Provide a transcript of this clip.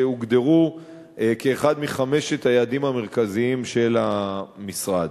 שהוגדר כאחד מחמשת היעדים המרכזיים של המשרד.